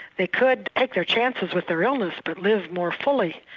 they could take their chances with their illness, but live more fully,